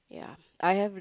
yeah I have